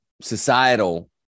societal